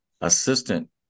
assistant